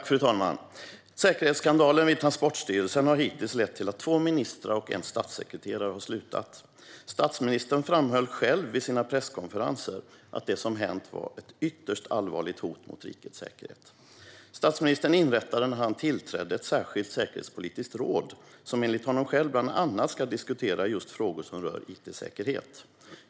Fru talman! Säkerhetsskandalen på Transportstyrelsen har hittills lett till att två ministrar och en statssekreterare har slutat. Statsministern framhöll själv på sina presskonferenser att det som hänt var ett ytterst allvarligt hot mot rikets säkerhet. Statsministern inrättade när han tillträdde ett särskilt säkerhetspolitiskt råd som enligt honom själv bland annat ska diskutera frågor som rör just it-säkerhet.